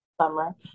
Summer